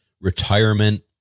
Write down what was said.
retirement